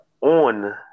on